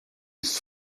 ist